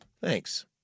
Thanks